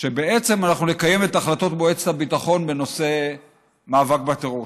שבעצם אנחנו נקיים את החלטות מועצת הביטחון בנושא המאבק בטרור,